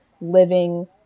living